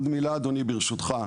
אדוני, ברשותך.